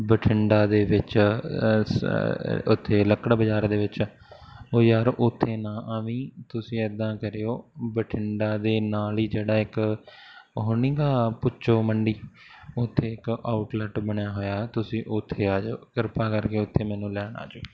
ਬਠਿੰਡਾ ਦੇ ਵਿੱਚ ਉੱਥੇ ਲੱਕੜ ਬਜ਼ਾਰ ਦੇ ਵਿੱਚ ਉਹ ਯਾਰ ਉੱਥੇ ਨਾ ਆਵੀ ਤੁਸੀਂ ਇੱਦਾਂ ਕਰਿਓ ਬਠਿੰਡਾ ਦੇ ਨਾਲ ਹੀ ਜਿਹੜਾ ਇੱਕ ਉਹ ਨੀਗਾ ਭੁੱਚੋ ਮੰਡੀ ਉੱਥੇ ਇੱਕ ਆਊਟਲੈਟ ਬਣਿਆ ਹੋਇਆ ਤੁਸੀਂ ਉੱਥੇ ਆ ਜਾਓ ਕਿਰਪਾ ਕਰਕੇ ਉੱਥੇ ਮੈਨੂੰ ਲੈਣ ਆ ਜਾਓ